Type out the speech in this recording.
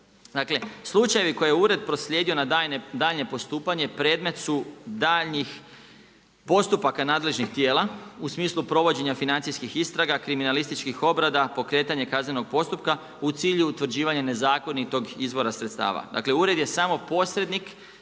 Dakle, slučajevi koje je Ured proslijedio na daljnje postupanje predmet su daljnjih postupaka nadležnih tijela u smislu provođenja financijskih istraga, kriminalističkih obrada, pokretanje kaznenog postupka u cilju utvrđivanja nezakonitog izvora sredstava. Dakle ured je samo posrednik